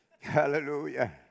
Hallelujah